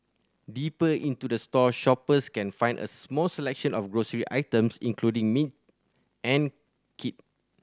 deeper into the store shoppers can find a small selection of grocery items including meat and kit